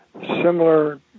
similar